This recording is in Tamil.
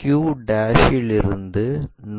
q இலிருந்து